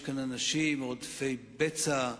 יש כאן אנשים רודפי בצע,